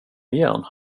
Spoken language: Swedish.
igen